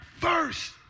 first